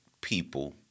people